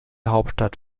hauptstadt